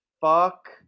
fuck